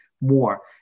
more